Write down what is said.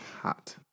Hot